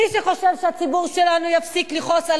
מי שחושב שהציבור שלנו יפסיק לכעוס על